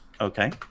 Okay